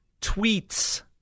tweets